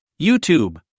YouTube